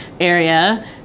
area